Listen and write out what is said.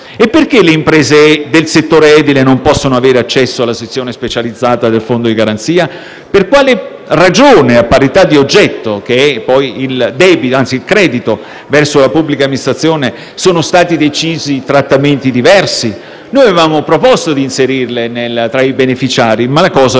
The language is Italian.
E perché le imprese del settore edile non possono avere accesso alla sezione specializzata del fondo di garanzia? Per quale ragione, a parità di oggetto, che è poi il credito verso la pubblica amministrazione, sono stati decisi trattamenti diversi? Noi avevamo proposto di inserirle tra i beneficiari, ma la cosa